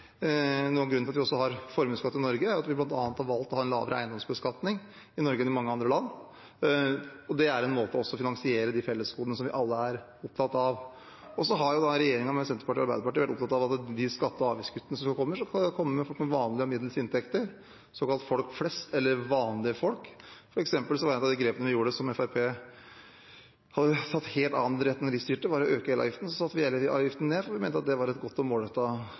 at vi også har formuesskatt i Norge, er bl.a. at vi har valgt å ha en lavere eiendomsbeskatning i Norge enn i mange andre land. Det er også en måte å finansiere de fellesgodene vi alle er opptatt av på. Regjeringen med Senterpartiet og Arbeiderpartiet har vært opptatt av at de skatte- og avgiftskuttene som kommer, skal komme folk med vanlige og middels inntekter til gode, såkalte folk flest eller vanlige folk. For eksempel var et av de grepene vi gjorde – hvor Fremskrittspartiet hadde tatt en helt annen retning da de styrte, ved å øke elavgiften – å sette vi elavgiften ned, for vi mente det var et godt